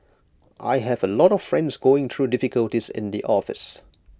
I have A lot of friends going through difficulties in the office